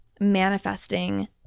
manifesting